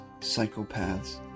psychopaths